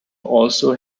also